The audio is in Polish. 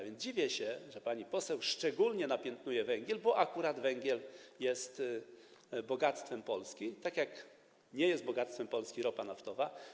Więc dziwię się, że pani poseł szczególnie napiętnuje węgiel, bo akurat węgiel jest bogactwem Polski, a nie jest bogactwem Polski ropa naftowa.